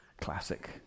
classic